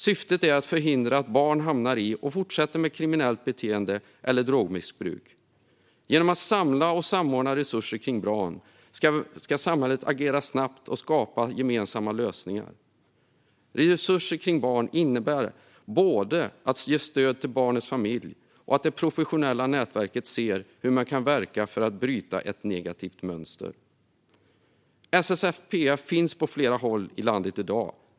Syftet är att förhindra att barn hamnar i eller fortsätter med kriminellt beteende eller drogmissbruk. Genom att samla och samordna resurser kring barn ska samhället agera snabbt och skapa gemensamma lösningar. Resurser kring barn innebär både att ge stöd till barnets familj och att det professionella nätverket ser hur man kan verka för att bryta ett negativt mönster. SSPF finns på flera håll i landet i dag.